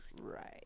right